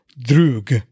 drug